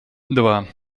два